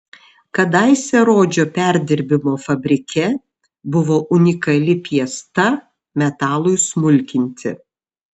kadaise rodžio perdirbimo fabrike buvo unikali piesta metalui smulkinti